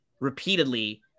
repeatedly